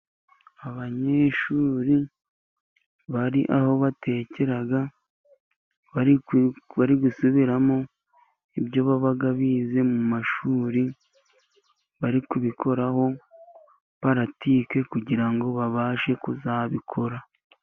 Abanyeshuri bari aho batekera, bari gusubiramo ibyo baba bize mu mashuri, bari kubikoraho paratike, kugira ngo babashe kuzabikora.